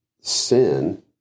sin